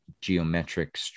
geometric